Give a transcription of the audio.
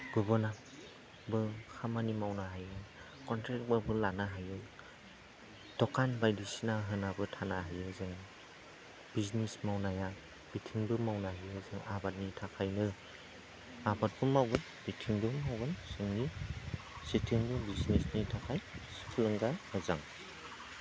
गुबुनबो खामानि मावनो हायो कन्ट्रेकबाबो लानो हायो दकान बायदिसिना होनाबो थानो हायो जोङो बिजनेस मावनाया बिथिंबो मावनो हायो जों आबादनि थाखायबो आबादखौनो मावगोन बिथिंबो मावगोन जोङो जेथिंबो बिजनेसनि थाखाय थुलुंगा मोजां